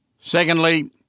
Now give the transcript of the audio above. Secondly